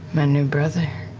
my new brother,